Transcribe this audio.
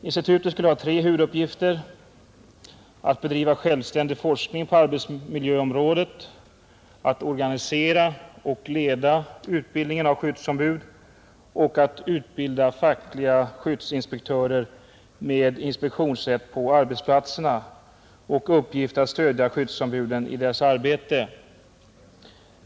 Institutet skulle ha tre huvuduppgifter: att bedriva självständig forskning på arbetsmiljöområdet, att organisera och leda utbildningen av skyddsombud och att utbilda fackliga skyddsinspektörer med inspektionsrätt på arbetsplatserna och med uppgift att stödja skyddsombuden i deras arbete.